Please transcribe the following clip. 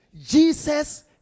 Jesus